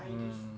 mm